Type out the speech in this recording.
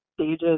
stages